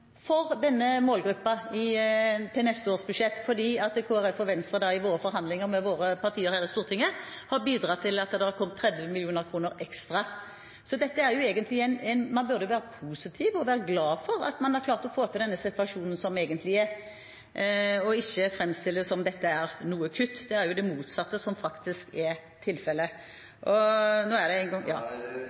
for denne målgruppen i neste års budsjett fordi Kristelig Folkeparti og Venstre i forhandlingene med våre partier her på Stortinget har bidratt til at det har kommet 30 mill. kr ekstra. Så man burde egentlig være positiv og glad for at man har klart å få til denne situasjonen som egentlig er, og ikke framstille det som at dette er et kutt – det er det motsatte som faktisk er tilfellet. Olaug V. Bollestad – til oppfølgingsspørsmål. Kristelig Folkeparti er,